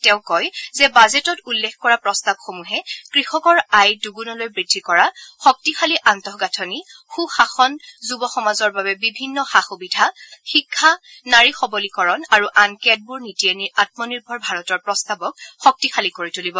তেওঁ কয় যে বাজেটত উল্লেখ কৰা প্ৰস্তাৱসমূহে কৃষকৰ আয় দুণলৈ বৃদ্ধি কৰা শক্তিশালী আন্ত গাঁথনি সূ শাসন যুৱ সমাজৰ বাবে বিভিন্ন সা সুবিধা শিক্ষা নাৰী সবলীকৰণ আৰু আন কেতবোৰ নীতিয়ে আমনিৰ্ভৰ ভাৰতৰ প্ৰস্তাৱক শক্তিশালী কৰি তুলিব